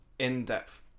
in-depth